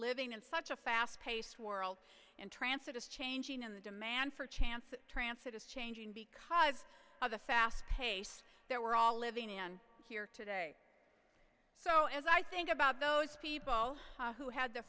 living in such a fast paced world intransitive changing in the demand for chance that translate is changing because of the fast pace there we're all living in here today so as i think about those people who had the